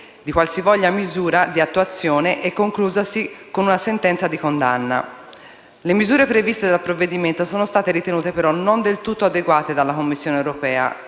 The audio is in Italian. di qualsivoglia misura di attuazione e conclusasi con una sentenza di condanna. Le misure previste dal provvedimento sono state ritenute però non del tutto adeguate dalla Commissione europea.